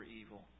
evil